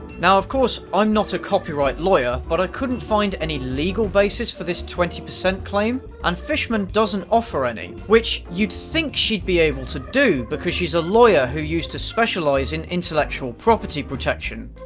now of course, i'm not a copyright lawyer, but i couldn't find any legal basis for this twenty percent claim, and fishman doesn't offer any, which you'd think she'd be able to do, because she's a lawyer who used to specialize in intellectual property protection.